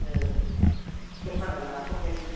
औ दखानाव लाफाबाय नों